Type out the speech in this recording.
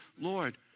Lord